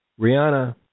Rihanna